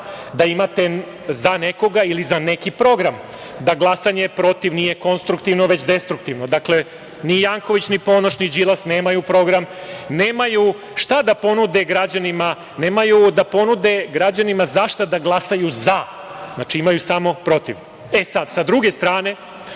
da imate za nekoga ili za neki program, da glasanje protiv nije konstruktivno, već destruktivno. Dakle, ni Janković ni Ponoš ni Đilas nemaju program, nemaju šta da ponude građanima, nemaju da ponude građanima za šta da glasaju za, znači imaju samo protiv. Sa druge strane,